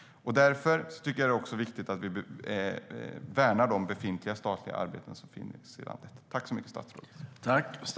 Det är viktigt att vi värnar de befintliga statliga arbeten som finns i landet.